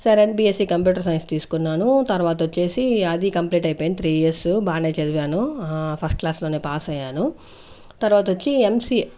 సరే అని BSc computer science తీసుకున్నాను తర్వాతోచ్చేసి అది కంప్లీట్ అయిపోయింది త్రీ ఇయర్స్ బాగానే చదివాను ఫస్ట్ క్లాస్ లోనే పాస్ అయ్యాను తర్వాతోచ్చి ఎంసీఏ